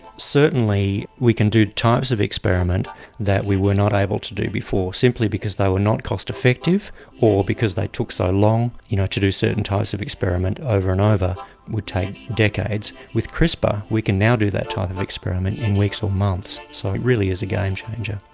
certainly we can do types of experiments that we were not able to do before, simply because they were not cost-effective or because they took so long you know to do certain types of experiment over and over, it would take decades. with crispr we can now do that type of experiment in weeks or months. so it really is a game changer.